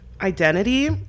identity